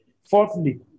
Fourthly